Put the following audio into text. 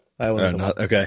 Okay